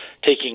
taking